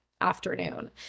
afternoon